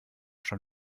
schon